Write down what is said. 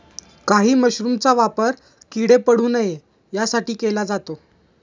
काही मशरूमचा वापर किडे पडू नये यासाठी केला जातो